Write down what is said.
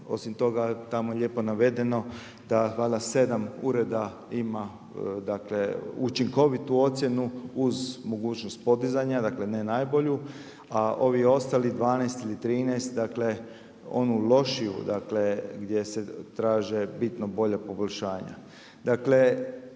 Osim toga, tamo je lijepo navedeno da valjda 7 ureda ima, dakle učinkovitu ocjenu uz mogućnost podizanja, dakle ne najbolju a ovih ostalih 12 ili 13, dakle onu lošiju, dakle gdje se traže bitno bolja poboljšanja.